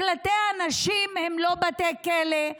מקלטי הנשים הם לא בתי כלא,